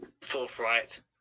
forthright